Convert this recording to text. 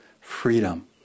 freedom